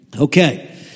Okay